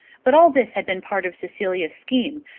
but all this had been part of cecilia's scheme,